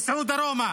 ייסעו דרומה